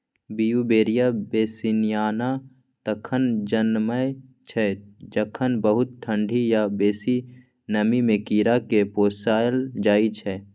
Beauveria bassiana तखन जनमय छै जखन बहुत ठंढी या बेसी नमीमे कीड़ाकेँ पोसल जाइ छै